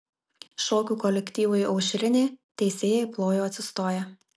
šokių kolektyvui aušrinė teisėjai plojo atsistoję